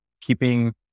keeping